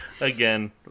Again